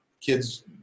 kids